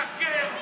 אתה משקר.